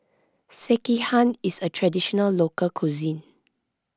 Sekihan is a Traditional Local Cuisine